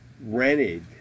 rented